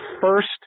first